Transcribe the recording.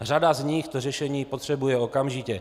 Řada z nich to řešení potřebuje okamžitě.